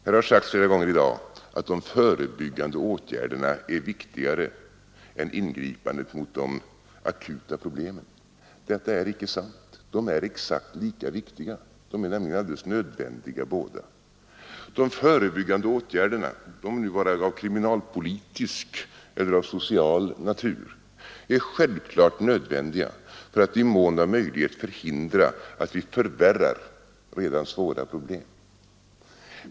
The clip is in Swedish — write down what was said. Det har sagts flera gånger i dag att de förebyggande åtgärderna är viktigare än ingripandet mot de akuta problemen. Detta är inte sant; de är exakt lika viktiga. De är nämligen båda helt nödvändiga. De förebyggande natur — är självfallet nödvändiga för att i mån av möjlighet förhindra att åtgärderna — de må vara av kriminalpolitisk eller av social vi förvärrar redan svåra problem.